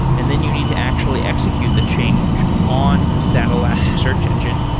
and then you need to actually execute the change on that elasticsearch engine.